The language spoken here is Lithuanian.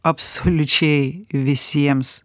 absoliučiai visiems